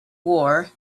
war